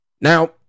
Now